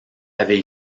avait